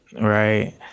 right